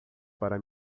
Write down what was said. para